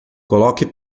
coloque